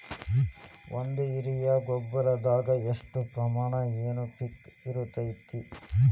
ಒಂದು ಯೂರಿಯಾ ಗೊಬ್ಬರದಾಗ್ ಎಷ್ಟ ಪ್ರಮಾಣ ಎನ್.ಪಿ.ಕೆ ಇರತೇತಿ?